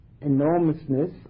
enormousness